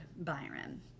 Byron